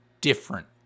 different